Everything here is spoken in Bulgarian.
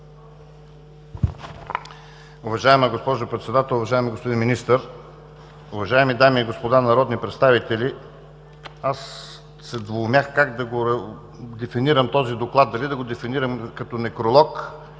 Уважаема госпожо Председател, уважаеми господин Министър, уважаеми дами и господа народни представители! Аз се двоумях как да го дефинирам този доклад – дали да го дефинирам като некролог,